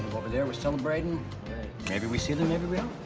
over there, we're celebrating maybe we see them, maybe we um